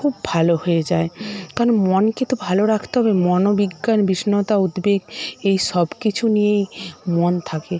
খুব ভালো হয়ে যায় কারণ মনকে তো ভালো রাখতে হবে মনোবিজ্ঞান বিষন্নতা উদ্বেগ এইসব কিছু নিয়েই মন থাকে